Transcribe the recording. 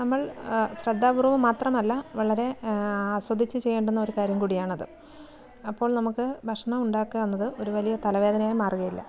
നമ്മൾ ശ്രദ്ധാപൂർവ്വം മാത്രമല്ല വളരെ ആസ്വദിച്ച് ചെയ്യേണ്ടുന്ന ഒരു കാര്യം കൂടിയാണത് അപ്പോൾ നമുക്ക് ഭക്ഷണം ഉണ്ടാക്കുക എന്നത് ഒരു വലിയ തലവേദനയായി മാറുകയില്ല